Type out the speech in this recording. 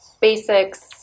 basics